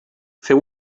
féu